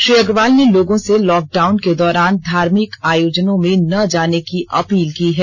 श्री अग्रवाल ने लोगों से लॉकडाउन के दौरान धार्मिक आयोजनों में न जाने की अपील की है